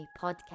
podcast